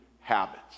habits